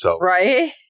Right